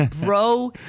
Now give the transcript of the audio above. Bro